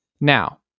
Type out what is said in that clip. now